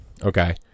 Okay